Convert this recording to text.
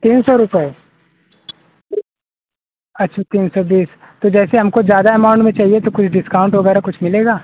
तीन सौ रुपये अच्छा तीन सौ बीस तो जैसे हमको ज्यादा एमाउंट में चाहिए तो कुछ डिस्काउंट वगैरह कुछ मिलेगा